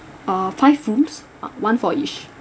uh five rooms one for each